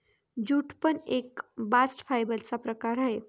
jute पण एक bast fibre चा प्रकार आहे